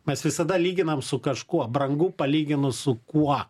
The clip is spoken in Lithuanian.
mes visada lyginam su kažkuo brangu palyginus su kuo